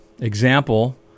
example